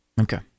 Okay